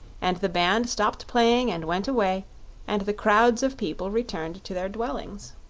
and the band stopped playing and went away and the crowds of people returned to their dwellings.